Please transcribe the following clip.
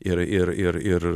ir ir ir ir